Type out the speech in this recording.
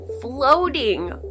floating